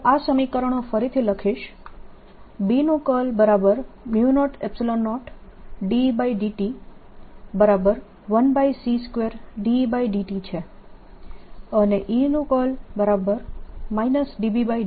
હું આ સમીકરણો ફરીથી લખીશ B નું કર્લ B00Et1c2Et છે અને E નું કર્લ E Bt છે